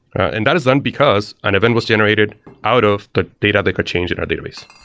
and that is then because an event was generated out of the data they could change in our database.